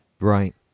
Right